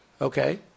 Okay